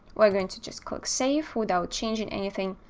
we're going to just click save without changing anything.